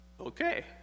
okay